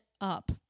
up